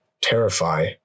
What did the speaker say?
terrify